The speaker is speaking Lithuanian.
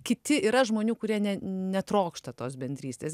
kiti yra žmonių kurie ne netrokšta tos bendrystės